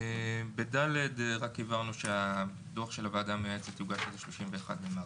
ב-(ד) הבהרנו שהדוח של הוועדה המייעצת יוגש עד ה-31 במרץ.